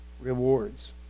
rewards